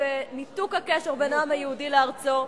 וניתוק הקשר בין העם היהודי לארצו,